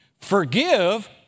Forgive